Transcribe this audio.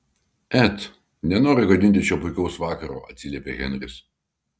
et nenoriu gadinti šio puikaus vakaro atsiliepė henris